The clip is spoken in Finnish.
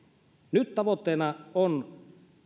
nyt tavoitteena on